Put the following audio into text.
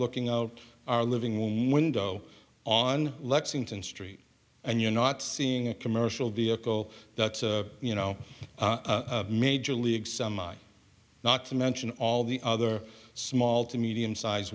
looking out our living room window on lexington street and you're not seeing a commercial vehicle that's you know major league summit not to mention all the other small to medium size